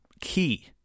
key